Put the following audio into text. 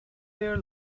their